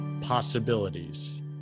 possibilities